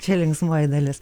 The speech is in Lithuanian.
čia linksmoji dalis